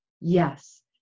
yes